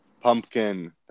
Pumpkin